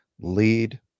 lead